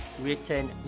written